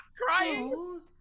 crying